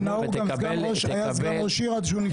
נאור גם היה סגן ראש עיר עד שהוא נבחר.